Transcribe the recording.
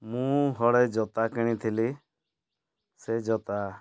ମୁଁ ହଳେ ଜୋତା କିଣିଥିଲି ସେ ଜୋତା